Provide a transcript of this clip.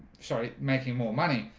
sorry making more money.